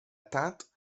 teinte